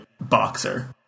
boxer